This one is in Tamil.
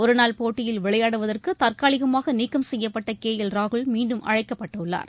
ஒருநாள் போட்டியில் விளையாடுவதற்கு தற்காலிகமாக நீக்கம் செய்யப்பட்ட கே எல் ராகுல் மீண்டும் அழைக்கப்பட்டுள்ளார்